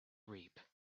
reap